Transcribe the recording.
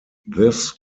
this